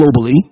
globally